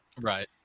Right